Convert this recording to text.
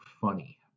funny